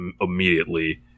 immediately